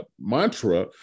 mantra